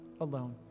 alone